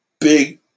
Big